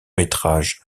métrages